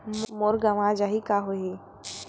मोर गंवा जाहि का होही?